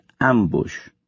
ambush